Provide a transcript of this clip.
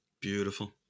Beautiful